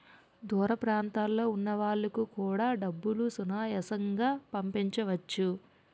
దూర ప్రాంతంలో ఉన్న వాళ్లకు కూడా డబ్బులు సునాయాసంగా పంపించవచ్చు